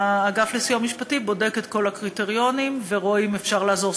האגף לסיוע משפטי בודק את כל הקריטריונים ורואה אם אפשר לעזור.